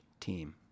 team